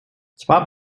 zwar